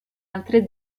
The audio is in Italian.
altre